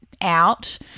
out